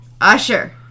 Usher